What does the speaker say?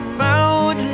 found